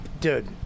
Dude